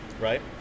Right